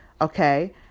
okay